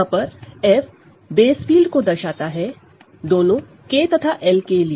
यहां पर F base field को दर्शाता है दोनों K तथा L के लिए